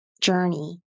journey